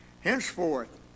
henceforth